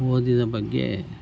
ಓದಿನ ಬಗ್ಗೆ